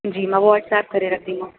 जी मां वॉट्सप करे रखंदीमांव